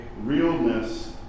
realness